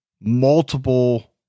multiple